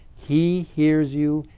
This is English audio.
he hears you,